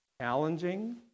challenging